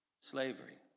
slavery